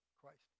christ